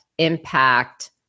impact